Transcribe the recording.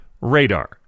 Radar